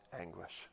anguish